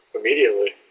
immediately